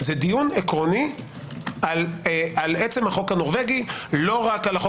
זה רק ייצר עליהם לחץ מיותר, הקפיצה הזו.